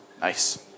Nice